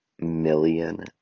million